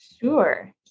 Sure